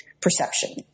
perception